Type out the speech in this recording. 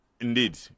indeed